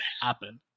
happen